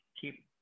keep